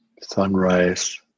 Sunrise